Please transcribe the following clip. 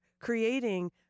creating